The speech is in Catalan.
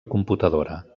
computadora